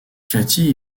katie